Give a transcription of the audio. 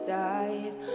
dive